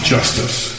Justice